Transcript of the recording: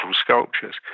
sculptures